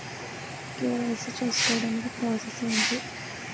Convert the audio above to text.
KYC చేసుకోవటానికి process ఏంటి?